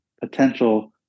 potential